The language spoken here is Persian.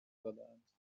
دادهاند